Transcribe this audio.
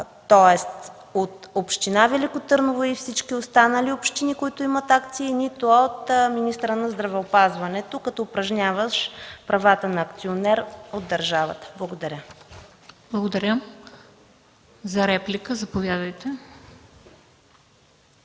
тоест от община Велико Търново и всички останали общини, които имат акции, нито от министъра на здравеопазването, като упражняващ правата на акционер от държавата. Благодаря. ПРЕДСЕДАТЕЛ МЕНДА СТОЯНОВА: